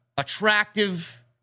attractive